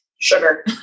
sugar